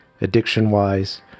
addiction-wise